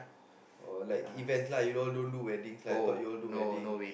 or like events lah you all don't do weddings lah I thought you all do weddings